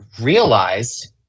realized